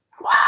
Wow